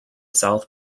south